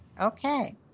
Okay